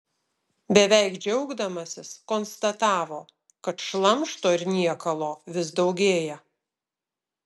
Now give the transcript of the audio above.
beveik džiaugdamasis konstatavo kad šlamšto ir niekalo vis daugėja